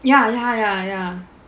ya ya ya